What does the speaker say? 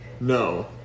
No